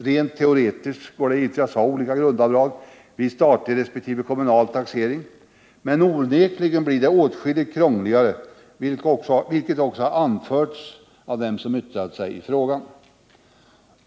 Rent teoretiskt går det givetvis att ha olika grundavdrag vid statlig resp. kommunal taxering, men det blir onekligen åtskilligt krångligare, vilket också anförts av dem som yttrat sig i frågan.